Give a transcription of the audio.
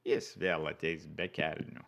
jis vėl ateis be kelnių